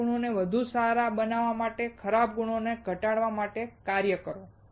સારા ગુણોને વધુ સારી બનાવવા અને તમારા ખરાબ ગુણોને ઘટાડવા માટે કાર્ય કરો